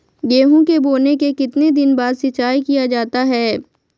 गेंहू के बोने के कितने दिन बाद सिंचाई किया जाता है?